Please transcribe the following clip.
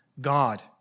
God